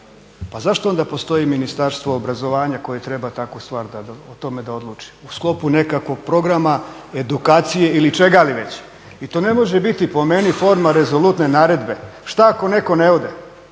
Pa zašto onda postoji Ministarstvo obrazovanje koje treba o tome odlučivati u sklopu nekakvog programa, edukacije ili čega li već. I to ne može biti po meni forma rezolutne naredbe. Šta ako ne ode?